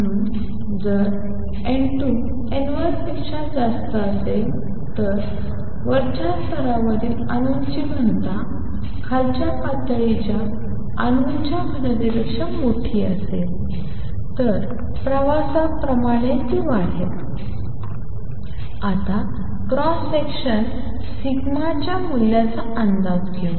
म्हणून जर n2 n1 पेक्षा जास्त असेल तर वरच्या स्तरावरील अणूंची घनता खालच्या पातळीच्या अणूंच्या घनतेपेक्षा मोठी असेल तर प्रवासाप्रमाणे ती वाढेल आता क्रॉस सेक्शन σ च्या मूल्याचा अंदाज घेऊ